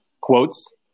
quotes